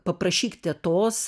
paprašyk tetos